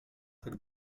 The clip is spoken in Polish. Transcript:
tak